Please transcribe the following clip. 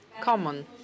common